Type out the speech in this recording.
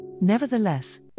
Nevertheless